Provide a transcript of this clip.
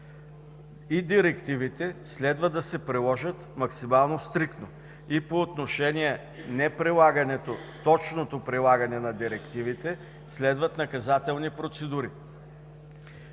И директивите следва да се приложат максимално стриктно. И по отношение неприлагането, или неточното прилагане на директивите следват наказателни процедури.